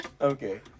okay